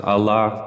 Allah